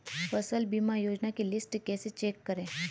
फसल बीमा योजना की लिस्ट कैसे चेक करें?